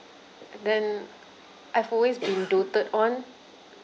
then I've always been doted on